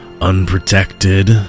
Unprotected